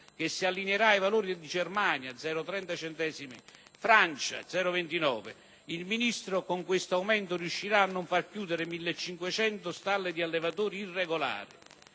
che si allineerà ai valori di Germania (30 centesimi al litro) e Francia (29). Il Ministro con questo aumento riuscirà a non far chiudere 1.500 stalle di allevatori irregolari.